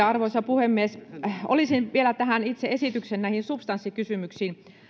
arvoisa puhemies olisin vielä näihin itse esityksen substanssikysymyksiin